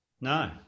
No